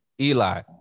Eli